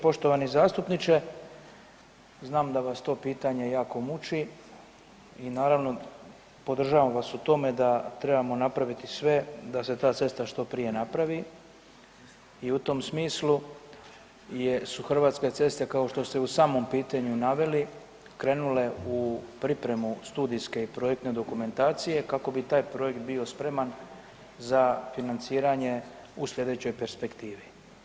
Poštovani zastupniče, znam da vas to pitanje jako muči i naravno podržavam vas u tome da trebamo napraviti sve da se ta cesta što prije napravi i u tom smislu jer su Hrvatske ceste kao što ste u samom pitanju naveli, krenule u pripremu studijske i projektne dokumentacije kako bi taj projekt bio spreman za financiranje u slijedećoj perspektivi.